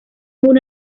una